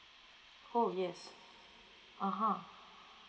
oh yes (uh huh)